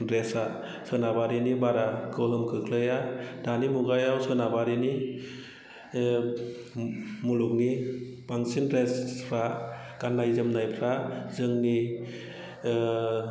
ड्रेसा सोनाबारिनि बारा गोहोम गोग्लैया दानि मुगायाव सोनाबारिनि मुलुगनि बांसिन ड्रेसफ्रा गाननाय जोमनायफ्रा जोंनि